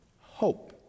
hope